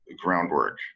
groundwork